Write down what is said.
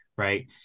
Right